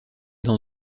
dans